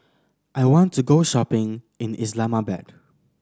I want to go shopping in Islamabad